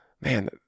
man